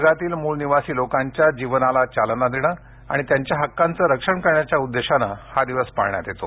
जगातील मूळ निवासी लोकांना चालना देणे आणि त्यांच्या हक्कांचे रक्षण करण्याच्या उद्देशाने हा दिवस पाळण्यात येतो